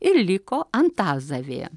ir liko antazavė